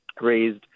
raised